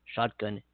Shotgun